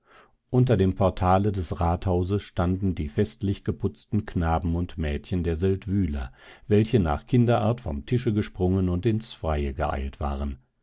unter dem portale des rathauses standen die festlich geputzten knaben und mädchen der seldwyler welche nach kinderart vom tische gesprungen und ins freie geeilt waren